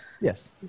Yes